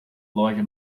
loja